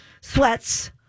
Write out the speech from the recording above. sweats